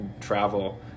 travel